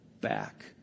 back